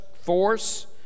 force